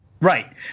Right